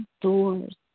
doors